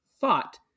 thought